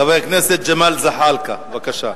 חבר הכנסת ג'מאל זחאלקה, בבקשה.